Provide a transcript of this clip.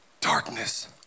darkness